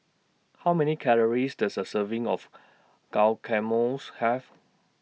How Many Calories Does A Serving of Guacamoles Have